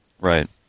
Right